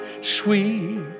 sweet